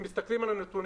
אם מסתכלים על הנתונים,